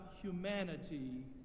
humanity